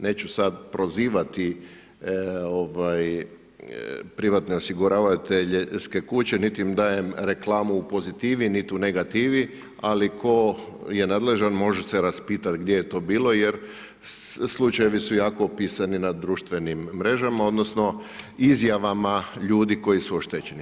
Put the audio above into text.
Neću sad prozivati privatne osiguravateljske kuće niti im dajem reklamu u pozitivi niti u negativi ali tko je nadležan, može se raspitat gdje je to bilo jer slučajevi su jako opisani na društvenim mrežama odnosno izjavama ljudi koji su oštećeni.